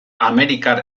amerikar